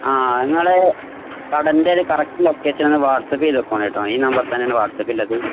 ആ നിങ്ങളുടെ കടയുടെ ഒരു കറക്റ്റ് ലൊക്കേഷൻ ഒന്ന് വാട്ട്സപ്പ് ചെയ്തേക്കൂ കേട്ടോ ഈ നമ്പറില് തന്നെയാണ് വാട്സപ്പ് ഉള്ളത്